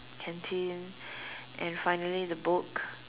canteen and finally the book